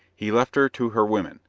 he left her to her women,